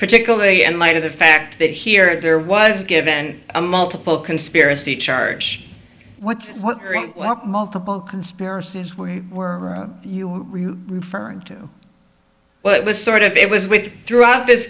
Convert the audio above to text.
particularly in light of the fact that here there was given a multiple conspiracy charge what multiple conspiracies where were you referring to what was sort of it was with you throughout this